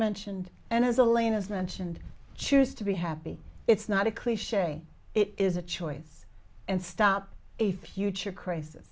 mentioned and as elaine has mentioned choose to be happy it's not a cliche it is a choice and stop a future crisis